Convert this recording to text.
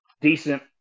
decent